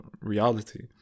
reality